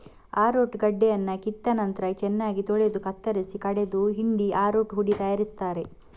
arrowroot ಗಡ್ಡೆಯನ್ನ ಕಿತ್ತ ನಂತ್ರ ಚೆನ್ನಾಗಿ ತೊಳೆದು ಕತ್ತರಿಸಿ ಕಡೆದು ಹಿಂಡಿ ಅರರೂಟ್ ಹುಡಿ ತಯಾರಿಸ್ತಾರೆ